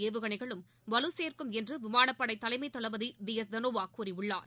ஏவுகணைகளும் வலுசேர்க்கும் என்று விமானப்படை தலைமைத் தளபதி பி எஸ் தனோவா கூறியுள்ளார்